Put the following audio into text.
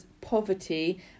poverty